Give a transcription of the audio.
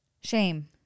shame